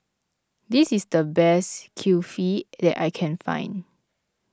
this is the best Kulfi that I can find